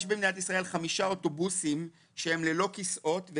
יש במדינת ישראל חמישה אוטובוסים שהם ללא כיסאות,